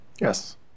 Yes